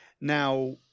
Now